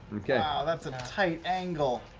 wow, that's a tight angle.